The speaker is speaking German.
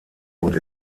und